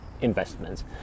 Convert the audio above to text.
investments